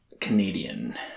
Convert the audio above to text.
Canadian